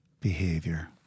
behavior